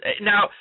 Now